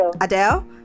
adele